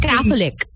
Catholic